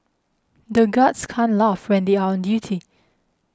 the guards can't laugh when they are on duty